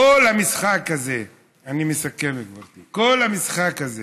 כל המשחק הזה, אני מסכם, גברתי כל המשחק הזה